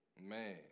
Man